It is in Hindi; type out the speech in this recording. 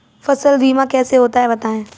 फसल बीमा कैसे होता है बताएँ?